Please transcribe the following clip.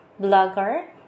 Blogger